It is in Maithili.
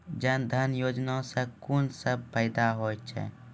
जनधन योजना सॅ कून सब फायदा छै?